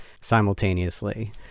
simultaneously